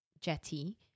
jetty